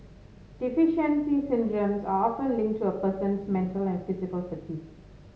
deficiency syndromes are often linked to a person's mental and physical fatigue